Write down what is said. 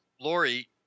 Lori